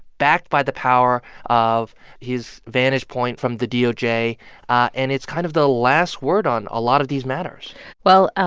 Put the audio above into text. backed by the power of his vantage point from the doj. and it's kind of the last word on a lot of these matters well,